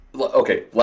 Okay